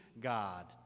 God